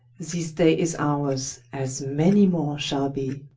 this day is ours, as many more shall be.